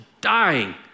dying